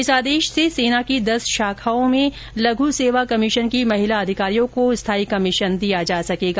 इस आदेश से सेना की दस शाखाओं में लघु सेवा कमीशन की महिला अधिकारियों को स्थायी कमीशन दिया जा सकेगा